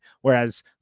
whereas